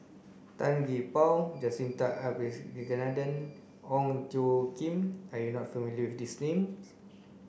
Tan Gee Paw Jacintha Abisheganaden Ong Tjoe Kim are you not familiar with these names